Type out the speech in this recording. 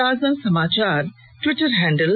ताजा समाचार Twitter handle